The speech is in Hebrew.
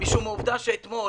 משום העובדה שאתמול